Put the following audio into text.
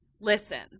listen